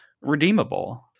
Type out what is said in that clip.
redeemable